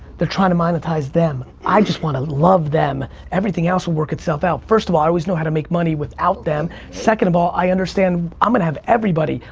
they're trying to monetize them, i just want to love them, everything else will work itself out. first of all, i always know how to make money without them. second of all, i understand i'm gonna have everybody,